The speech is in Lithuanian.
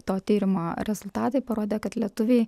to tyrimo rezultatai parodė kad lietuviai